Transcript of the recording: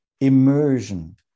immersion